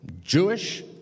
Jewish